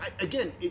again